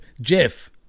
Jeff